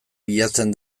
bilatzen